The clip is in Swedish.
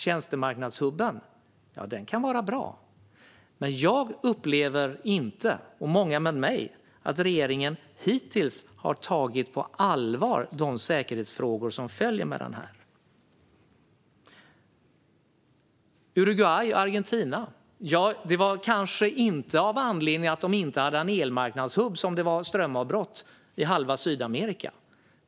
Tjänstemarknadshubben kan vara bra, men jag och många med mig upplever inte att regeringen hittills har tagit de säkerhetsfrågor som följer med denna på allvar. Anledningen till strömavbrottet i Uruguay och Argentina, i halva Sydamerika, var kanske inte att de inte hade en elmarknadshubb.